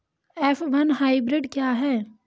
F one hybrid क्या है?